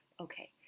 Okay